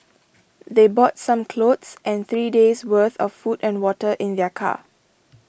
they brought some clothes and three days' worth of food and water in their car